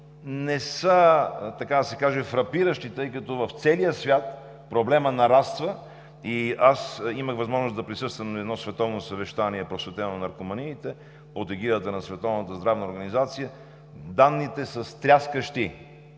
не са, така да се каже, фрапиращи, тъй като в целия свят проблемът нараства. Аз имах възможност да присъствам на едно световно съвещание, посветено на наркоманиите, под егидата на Световната здравна